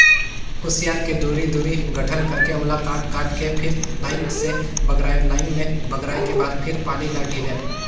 खुसियार के दूरी, दूरी गठन करके ओला काट काट के फिर लाइन से बगरायन लाइन में बगराय के बाद फिर पानी ल ढिलेन